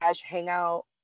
hangout